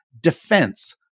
defense